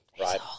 right